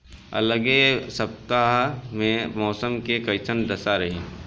अलगे सपतआह में मौसम के कइसन दशा रही?